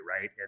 right